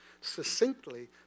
succinctly